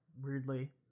weirdly